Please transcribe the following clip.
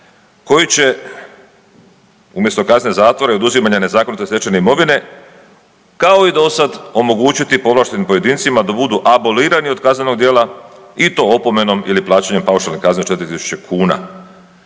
koji će umjesto kazne zatvora i oduzimanja nezakonito stečene imovine kao i do sad omogućiti povlaštenim pojedincima da budu abolirani od kaznenog djela i to opomenom ili plaćanjem paušalne kazne od 3000 kuna.